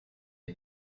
est